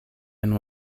and